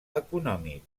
econòmic